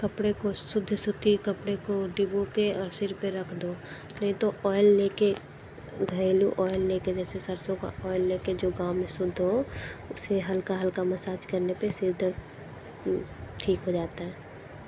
कपड़े को शुद्ध सूती के कपड़े को डूबो के और सर पर रख दो नहीं तो ऑइल लेके घरेलू ऑइल लेके जैसे सरसों का ऑइल लेके जो गांव में शुद्ध उसे हल्का हल्का मसाज करने पे सिर दर्द ठीक हो जाता है